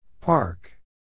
Park